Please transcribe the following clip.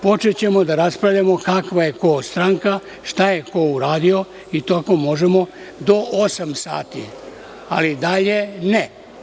Počećemo da raspravljamo kakva je ko stranka, šta je ko uradio i tako možemo do osam sati, ali dalje ne.